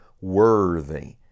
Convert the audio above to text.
worthy